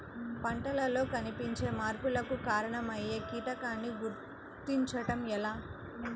పంటలలో కనిపించే మార్పులకు కారణమయ్యే కీటకాన్ని గుర్తుంచటం ఎలా?